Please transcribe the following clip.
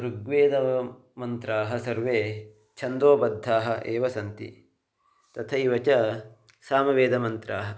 ऋग्वेदमन्त्राः सर्वे छन्दोबद्धाः एव सन्ति तथैव च सामवेदमन्त्राः